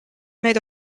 made